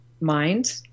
mind